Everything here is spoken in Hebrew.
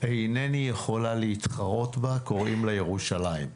אינני יכולה , להתחרות בה, קוראים לה ירושלים.